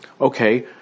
okay